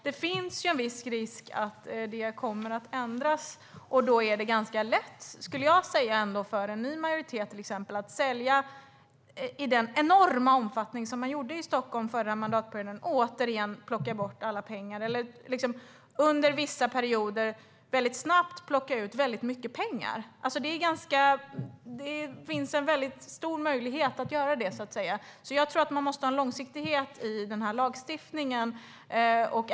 Det finns en viss risk att det kommer att ändras, och då är det ganska lätt för en ny majoritet att sälja i den enorma omfattning som man gjorde i Stockholm under förra mandatperioden och under vissa perioder väldigt snabbt plocka ut mycket pengar. Det finns en stor möjlighet att göra detta, så jag tror att vi måste ha en långsiktighet i lagstiftningen.